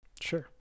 Sure